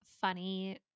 funny